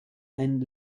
ein